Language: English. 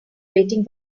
waiting